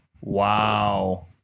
Wow